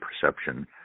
perception